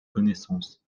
connaissances